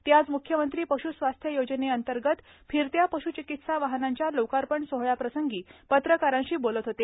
ते आज मुख्यमंत्री पशुस्वास्थ योजने अंतर्गत फिरत्या पश्चिकित्सा वाहनांच्या लोकार्पण सोहळ्याप्रसंगी पत्रकारांशी बोलत होते